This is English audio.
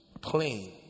plain